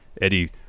Eddie